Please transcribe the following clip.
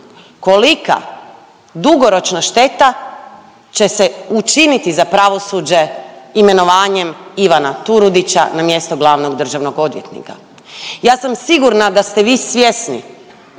kolika dugoročna šteta će se učiniti za pravosuđe imenovanjem Ivana Turudića na mjesto glavnog državnog odvjetnika. Ja sam sigurna da ste vi svjesni